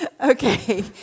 Okay